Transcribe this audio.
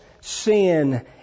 sin